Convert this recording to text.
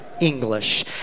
English